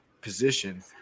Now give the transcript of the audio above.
position